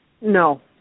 No